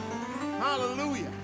hallelujah